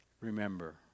Remember